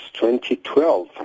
2012